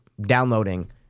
downloading